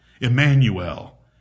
Emmanuel